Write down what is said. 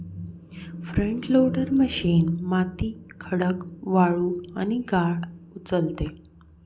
front loader machine माती, खडक, वाळू आणि गाळ उचलते